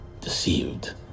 deceived